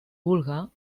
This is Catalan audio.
vulga